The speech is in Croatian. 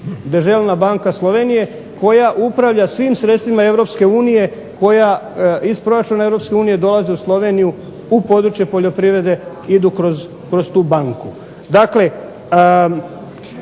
Deželna banka Slovenije koja upravlja svim sredstvima Europske unije koja iz proračuna Europske unije dolazi u Sloveniju u područje poljoprivrede idu kroz tu banku.